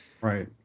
Right